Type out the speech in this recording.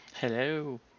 Hello